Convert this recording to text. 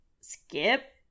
skip